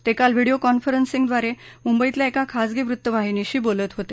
ते काल व्हिडिओ कॉन्फरन्सिंगद्वारे मुंबईतल्या एका खाजगी वृत्तवाहिनीशी बोलत होते